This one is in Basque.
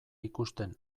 ikusten